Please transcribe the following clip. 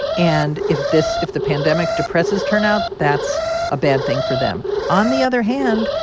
and if this if the pandemic depresses turnout, that's a bad thing for them. on the other hand,